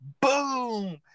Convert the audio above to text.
Boom